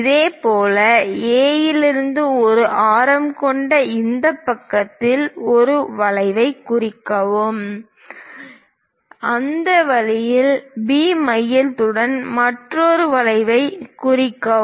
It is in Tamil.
இதேபோல் A இலிருந்து ஒரே ஆரம் கொண்ட இந்த பக்கத்தில் ஒரு வளைவைக் குறிக்கவும் அந்த வழியில் B மையத்துடன் மற்றொரு வளைவைக் குறிக்கவும்